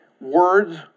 Words